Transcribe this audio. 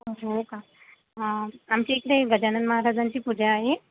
हो का आमच्या इकडे गजानन महाराजांची पूजा आहे